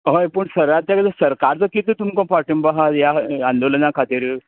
हय सर पूण सरकाराचो किदें तुमकां पाटींबो आसा ह्या आंदोलना खातीर